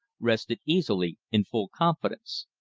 rested easily in full confidence.